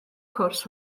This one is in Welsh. cwrs